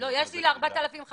--- יש לי ל-4,500.